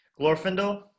Glorfindel